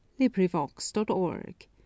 LibriVox.org